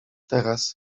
teraz